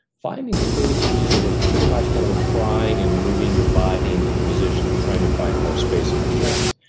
finding space meaning just pretty much kind of prying and moving your body into the position, and trying to find more space in the joint.